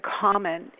common